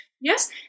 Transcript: Yes